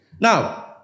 now